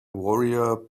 warrior